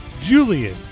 Julian